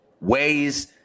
ways